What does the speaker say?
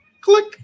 Click